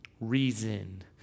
reason